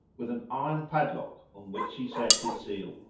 with an iron padlock on which he set his seal.